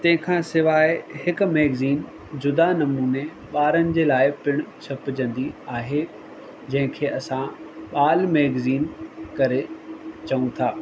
तंहिंखां सवाइ हिकु मैगज़ीन जुदा नमूने ॿारनि जे लाइ पिण छपिजंदी आहे जंहिंखे असां बाल मैगज़ीन करे चहूं था